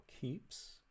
keeps